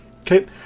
Okay